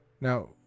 Now